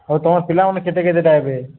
ହଉ ତମର ପିଲାମାନେ କେତେ କେତେଟା ଏବେ